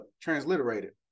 transliterated